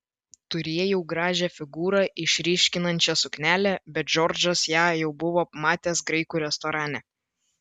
turėjau gražią figūrą išryškinančią suknelę bet džordžas ją jau buvo matęs graikų restorane